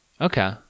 Okay